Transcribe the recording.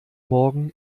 morgen